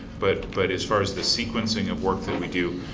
but but as far as the sequencing of work that we do,